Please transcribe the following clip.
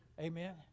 Amen